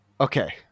okay